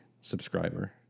subscriber